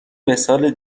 مثال